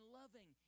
loving